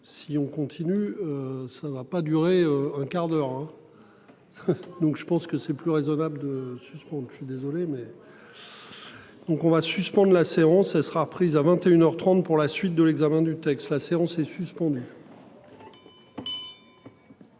Si on continue. Ça ne va pas durer un quart d'heure hein. Donc je pense que c'est plus raisonnable de suspendre, je suis désolé mais. Donc on va suspendre la séance elle sera prise à 21h 30 pour la suite de l'examen du texte. La séance est suspendue.